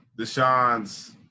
Deshaun's